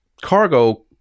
cargo